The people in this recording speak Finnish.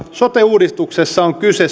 sote uudistuksessa on kyse